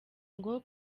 ngo